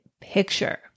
picture